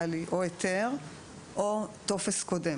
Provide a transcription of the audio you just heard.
הייתה תקופת העסקה קודמת והיה לי היתר או טופס קודם.